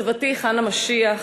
סבתי חנה משיח,